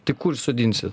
tai kur įsodinsi